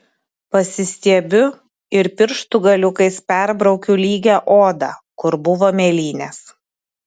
pasistiebiu ir pirštų galiukais perbraukiu lygią odą kur buvo mėlynės